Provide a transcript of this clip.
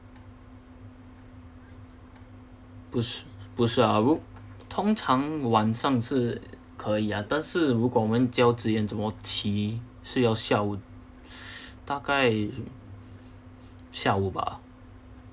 不是不是啊如通常晚上是可以啊但是我们教怎么骑是要下午大概下午吧